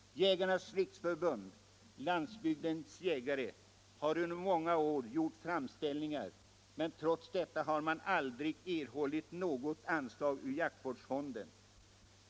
Jägarnas riksförbund-Landsbygdens jägare har under många år gjort framställningar, men man har trots detta aldrig erhållit något anslag ur jaktvårdsfonden.